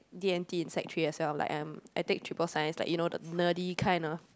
D and T in sec-three as well like um I take triple science like you know the nerdy kind of